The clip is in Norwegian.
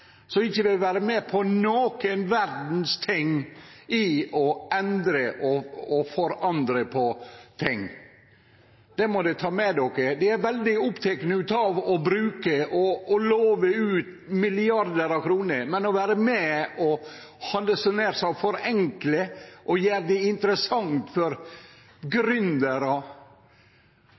ikkje vil vere med på noko som helst for å endre på ting. Det må ein ta med seg. Dei er veldig opptekne av å bruke og lovar ut milliardar av kroner, men vere med på å forenkle og gjere det interessant for